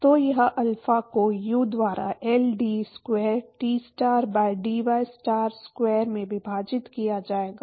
तो यह अल्फा को यू द्वारा L D square t star by dyस्टार स्क्वायर में विभाजित किया जाएगा